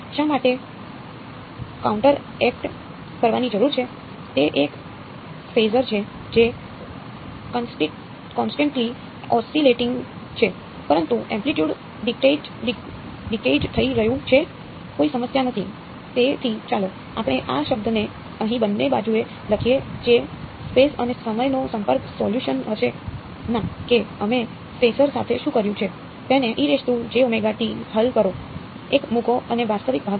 શા માટે counteract સાથે શું કર્યું છે તેને હલ કરો એક મૂકો અને વાસ્તવિક ભાગ લો